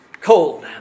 cold